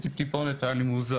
זה טיפ-טיפונת היה לי מוזר,